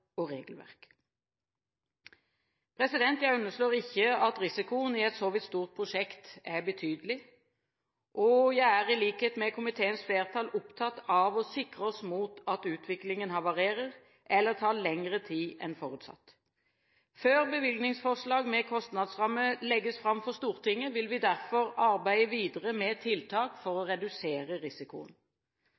og regelverk. Jeg underslår ikke at risikoen i et så vidt stort prosjekt er betydelig, og jeg er i likhet med komiteens flertall opptatt av å sikre oss mot at utviklingen havarerer eller tar lengre tid enn forutsatt. Før bevilgningsforslag med kostnadsramme legges fram for Stortinget, vil vi derfor arbeide videre med tiltak for å redusere risikoen.